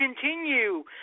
continue